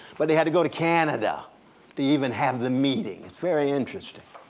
but they had to go to canada to even have the meeting very interesting.